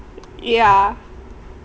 yeah